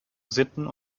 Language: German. sitten